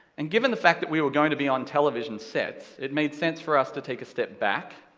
and given the fact that we were going to be on television sets, it made sense for us to take a step back,